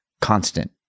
constant